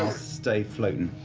stay floating.